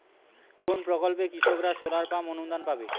কোন প্রকল্পে কৃষকরা সোলার পাম্প অনুদান পাবে?